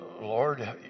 Lord